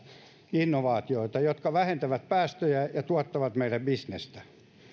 innovaatioita jotka vähentävät päästöjä ja tuottavat meille bisnestä